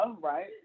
right